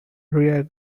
rear